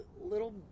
little